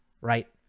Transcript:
right